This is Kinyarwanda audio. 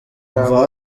umva